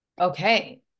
Okay